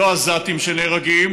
לא עזתים שנהרגים